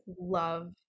love